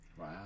wow